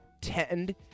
tend